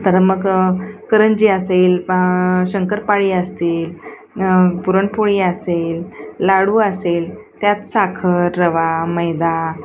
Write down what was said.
तर मग करंजी असेल शंकरपाळी असतील पुरणपोळी असेल लाडू असेल त्यात साखर रवा मैदा